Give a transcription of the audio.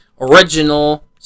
Original